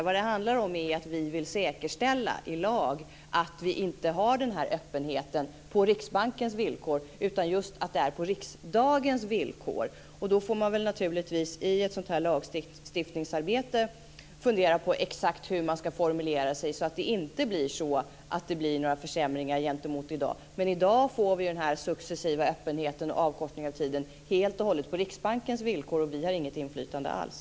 Vad det handlar om är att vi i lag vill säkerställa att vi inte har den här öppenheten på Riksbankens villkor utan på riksdagens villkor. Då får man naturligtvis i ett sådant här lagstiftningsarbete fundera på exakt hur man ska formulera sig så att det inte blir några försämringar gentemot i dag. I dag får vi den här öppenheten, avkortningen av tiden, helt och hållet på Riksbankens villkor. Vi har inget inflytande alls.